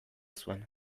zuen